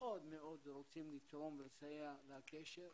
שמאוד מאוד רוצים לתרום ולסייע לקשר,